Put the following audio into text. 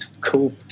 cool